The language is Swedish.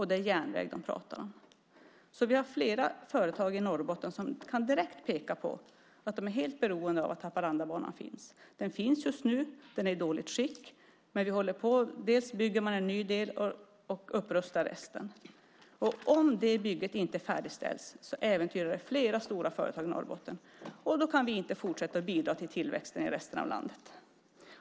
Det är järnväg de pratar om. Vi har flera företag i Norrbotten som direkt kan peka på att de är helt beroende av att Haparandabanan finns. Den finns just nu. Den är i dåligt skick, men dels bygger man en ny del, dels rustar man upp resten. Om det bygget inte färdigställs äventyrar det flera stora företag i Norrbotten. Då kan vi inte fortsätta bidra till tillväxten i resten av landet.